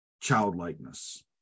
childlikeness